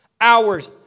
Hours